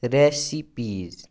recipes